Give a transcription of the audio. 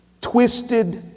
twisted